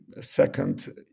Second